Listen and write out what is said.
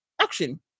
action